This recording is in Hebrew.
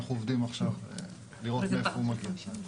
שאנחנו עובדים עכשיו לראות מאיפה הוא מגיע.